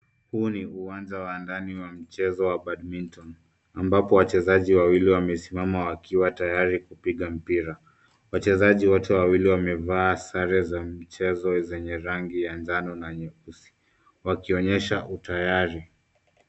Huu ni uwanja wa ndani wa mchezo wa badminton ambapo wachezaji wawili wamesimama wakiwa tayari kupika mpira. Wachezaji wote wawili wamevaa sare za michezo zenye rangi ya njano na nyeusi wakionyesha utayari.